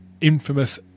infamous